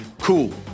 Cool